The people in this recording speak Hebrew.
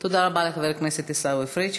תודה רבה לחבר הכנסת עיסאווי פריג'.